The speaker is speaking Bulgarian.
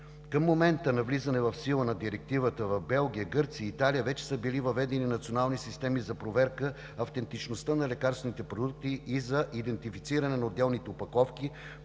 Към момента на влизане в сила на Директивата в Белгия, Гърция и Италия вече са били въведени национални системи за проверка на автентичността на лекарствените продукти и за идентифициране на отделните опаковки,